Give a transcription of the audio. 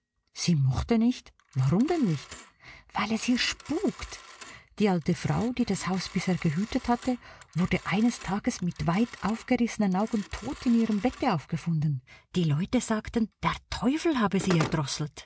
sie mochte nicht warum denn nicht weil es hier spukt die alte frau die das haus bisher gehütet hatte wurde eines tages mit weit aufgerissenen augen tot in ihrem bette aufgefunden die leute sagten der teufel habe sie erdrosselt